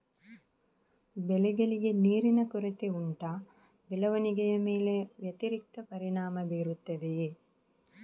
ಬೆಳೆಗಳಿಗೆ ನೀರಿನ ಕೊರತೆ ಉಂಟಾ ಬೆಳವಣಿಗೆಯ ಮೇಲೆ ವ್ಯತಿರಿಕ್ತ ಪರಿಣಾಮಬೀರುತ್ತದೆಯೇ?